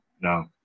No